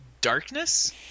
darkness